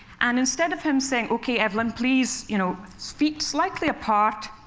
and instead of him saying, ok, evelyn, please, you know feet slightly apart,